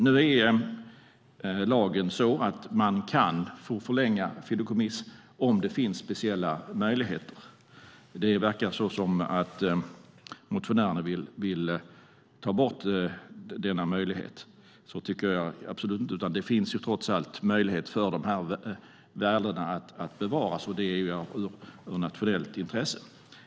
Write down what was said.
Nu säger lagen att man kan förlänga fideikommiss om det finns speciella omständigheter. Det verkar som om motionärerna vill ta bort denna möjlighet. Det tycker inte jag. Det finns möjlighet att bevara dessa värden, och det är av nationellt intresse.